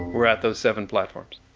were at those seven platforms.